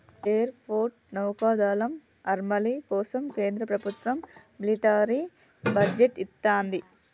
air force, నౌకాదళం, ఆర్మీల కోసం కేంద్ర ప్రభత్వం మిలిటరీ బడ్జెట్ ఇత్తంది